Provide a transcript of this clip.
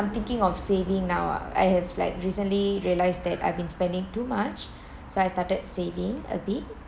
I'm thinking of saving now ah I have like recently realised that I've been spending too much so I started saving a bit